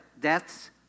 deaths